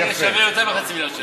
יאפשר לי יותר מחצי מיליארד שקל.